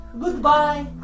Goodbye